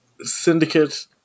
syndicate